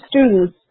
students